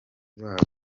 babo